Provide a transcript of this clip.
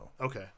Okay